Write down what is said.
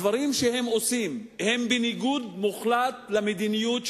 הדברים שהם עושים הם בניגוד מוחלט למדיניות הממשלה.